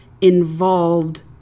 involved